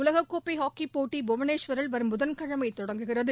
உலகக்கோப்பை ஹாக்கிப் போட்டி புவனேஸ்வரில் வரும் புதன் கிாமை தொடங்குகிறது